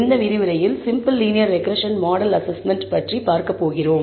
இந்த விரிவுரையில் simple linear regression model assessment பற்றி பார்க்கப் போகிறோம்